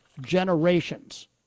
generations